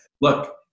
Look